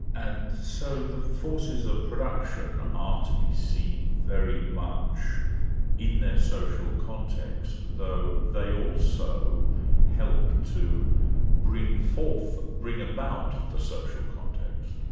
and so the forces of production are to be seen very much in their social context, though they also help to bring forth, bring about the social context.